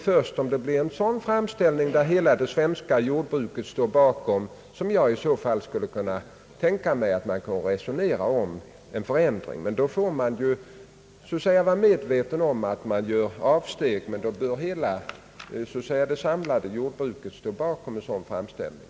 Endast om det kommer en sådan framställning som hela det svenska jordbruket stod bakom skulle jag kunna tänka mig att resonera om en förändring. Då får man emellertid vara medveten om att man gör avsteg.